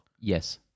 Yes